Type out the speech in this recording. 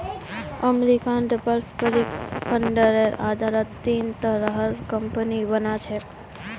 अमरीकात पारस्परिक फंडेर आधारत तीन तरहर कम्पनि बना छेक